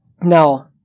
Now